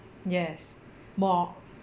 yes more